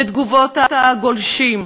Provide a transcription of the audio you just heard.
לתגובות הגולשים,